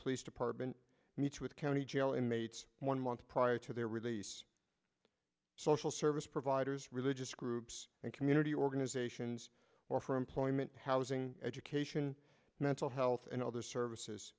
police department meets with county jail inmates one month prior to their release social service providers religious groups and community organizations or for employment housing education mental health and other services